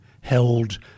held